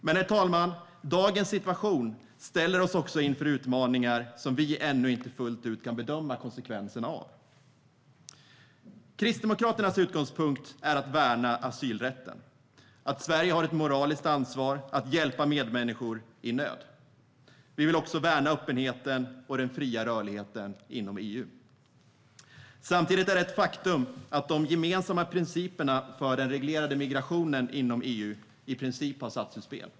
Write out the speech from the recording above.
Men, herr talman, dagens situation ställer oss också inför utmaningar som vi ännu inte fullt ut kan bedöma konsekvenserna av. Kristdemokraternas utgångspunkt är att värna asylrätten. Sverige har ett moraliskt ansvar att hjälpa medmänniskor i nöd. Vi vill också värna öppenheten och den fria rörligheten inom EU. Samtidigt är det ett faktum att de gemensamma principerna för den reglerade migrationen inom EU i princip har satts ut spel.